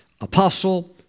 apostle